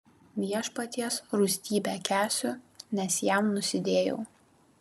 viešpaties rūstybę kęsiu nes jam nusidėjau